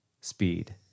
speed